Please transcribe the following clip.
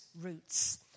roots